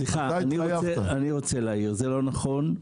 זה לא נכון.